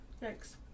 Thanks